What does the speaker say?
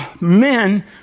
men